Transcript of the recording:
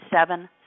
Seven